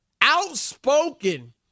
outspoken